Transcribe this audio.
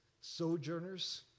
sojourners